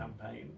campaign